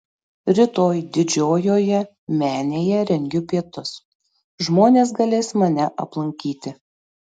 rytoj didžiojoje menėje rengiu pietus žmonės galės mane aplankyti